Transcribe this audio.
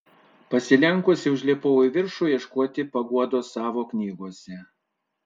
pasilenkusi užlipau į viršų ieškoti paguodos savo knygose